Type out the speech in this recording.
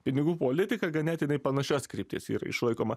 pinigų politika ganėtinai panašios krypties yra išlaikoma